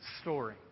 story